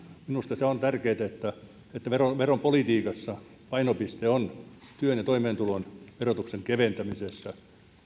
minusta on tärkeätä että veropolitiikassa tällä hallituksella on painopiste työn ja toimeentulon verotuksen keventämisessä